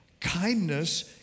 Kindness